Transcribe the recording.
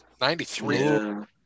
93